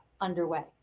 underway